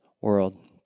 world